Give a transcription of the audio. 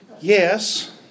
yes